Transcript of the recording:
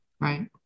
Right